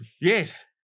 Yes